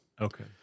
Okay